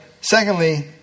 secondly